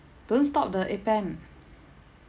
don't stop the appen